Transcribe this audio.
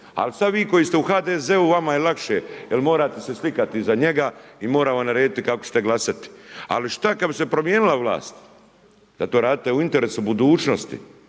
Ali sad vi koji ste u HDZ-u, vama je lakše jer morate se slikati iza njega i mora vam narediti kako ćete glasati. Ali šta kad bi se promijenila vlast? Da to radite u interesu budućnosti.